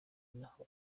naho